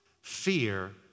fear